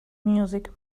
music